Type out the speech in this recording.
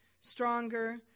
stronger